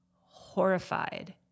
horrified